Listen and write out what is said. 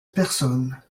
personne